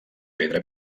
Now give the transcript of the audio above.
pedra